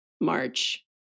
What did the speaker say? March